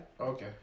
Okay